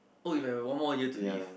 oh if I have one more year to live